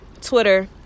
Twitter